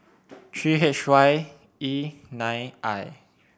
three H Y E nine I